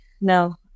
No